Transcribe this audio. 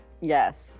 Yes